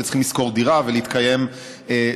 וצריכים לשכור דירה ולהתקיים ממשכורת